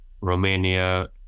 Romania